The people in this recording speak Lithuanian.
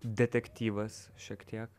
detektyvas šiek tiek